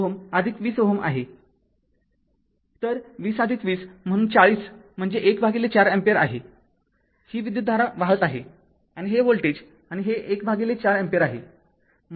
तर२०२० म्हणून ४० म्हणजे १ भागिले ४ अँपिअर आहे ही विद्युतधारा वाहत आहे आणि हे व्होल्टेज आणि हे १ भागिले ४ अँपिअर आहे